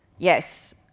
yes,